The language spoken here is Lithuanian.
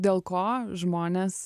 dėl ko žmonės